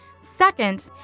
Second